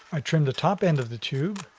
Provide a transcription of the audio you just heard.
i trim the top end of the tube,